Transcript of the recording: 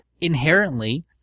inherently